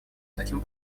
таким